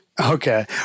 Okay